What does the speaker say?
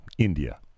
india